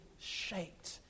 shaped